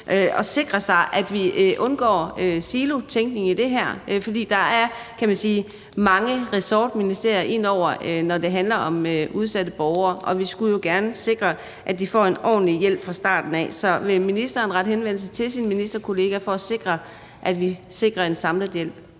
at sikre, at vi undgår silotænkning her? For der er mange ressortministerier inde over, når det handler om udsatte borgere, og vi skulle jo gerne sikre, at de får en ordentlig hjælp fra starten af. Så vil ministeren rette henvendelse til sine ministerkolleger for at sikre, at vi får sikret en samlet hjælp?